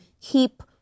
keep